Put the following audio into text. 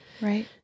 Right